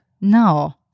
No